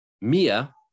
Mia